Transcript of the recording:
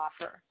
offer